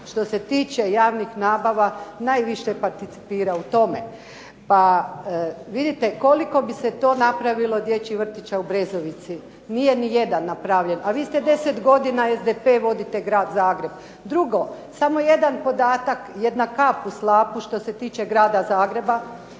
što se tiče javnih nabava najviše participira u tome. Pa vidite koliko bi se to napravilo dječjih vrtića u Brezovici. Nije ni jedan napravljen. A vi ste 10 godina SDP, vodite Grad Zagreb. Drugo, samo jedan podatak, jedna kap u slapu što se tiče Grada Zagreba,